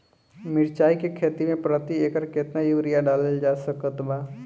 मिरचाई के खेती मे प्रति एकड़ केतना यूरिया डालल जा सकत बा?